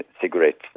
cigarettes